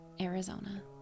Arizona